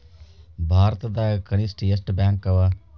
ಭಾರತದಾಗ ಕನಿಷ್ಠ ಎಷ್ಟ್ ಬ್ಯಾಂಕ್ ಅವ?